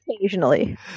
occasionally